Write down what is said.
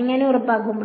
എങ്ങനെ ഉറപ്പാക്കും